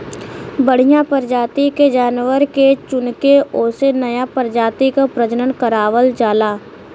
बढ़िया परजाति के जानवर के चुनके ओसे नया परजाति क प्रजनन करवावल जाला